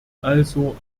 also